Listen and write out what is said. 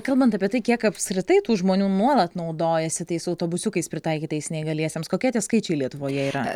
kalbant apie tai kiek apskritai tų žmonių nuolat naudojasi tais autobusiukais pritaikytais neįgaliesiems kokie tie skaičiai lietuvoje yra